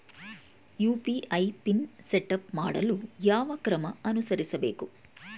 UPI PIN setup ಮಾಡಲು ಯಾವ ಕ್ರಮ ಅನುಸರಿಸಬೇಕು?